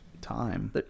time